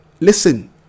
Listen